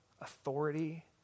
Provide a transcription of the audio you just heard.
authority